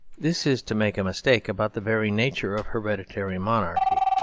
this is to make a mistake about the very nature of hereditary monarchy.